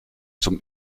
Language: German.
zum